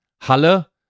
Halle